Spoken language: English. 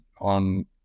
on